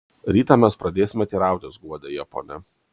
rytą mes pradėsime teirautis guodė ją ponia